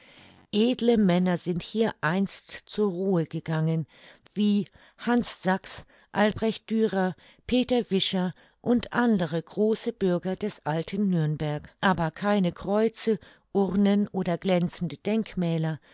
edle männer sind hier einst zur ruhe gegangen wie hans sachs albrecht dürer peter vischer und andere große bürger des alten nürnberg aber keine kreuze urnen oder glänzende denkmäler